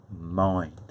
mind